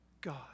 God